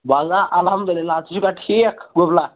وللہ اَلحَمدُاللہ ژٕ چھُکھا ٹھیٖک گوٚبلا